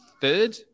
third